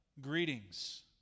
greetings